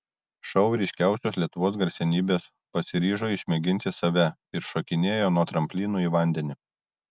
šou ryškiausios lietuvos garsenybės pasiryžo išmėginti save ir šokinėja nuo tramplinų į vandenį